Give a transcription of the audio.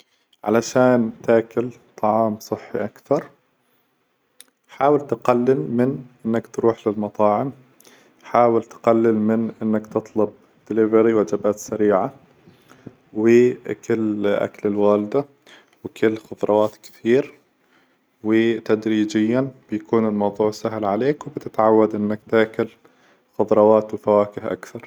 علشان تآكل طعام صحي أكثر، حاول تقلل من إنك تروح للمطاعم، حاول تقلل من إنك تطلب دليفري وجبات سريعة، وكل أكل الوالدة، وكل خظروات كثير، وتدريجياً بيكون الموظوع سهل عليك، وبتتعود إنك تآكل خظروات وفواكة أكثر.